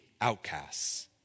outcasts